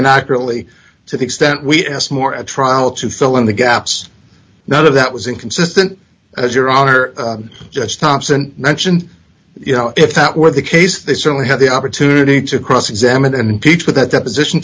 and accurately to the extent we asked more at trial to fill in the gaps none of that was inconsistent as your honor judge thompson mentioned you know if that were the case they certainly had the opportunity to cross examine and peach with that deposition